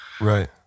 Right